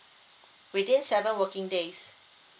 within seven working days